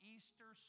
Easter